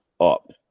up